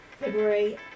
february